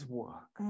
work